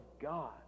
God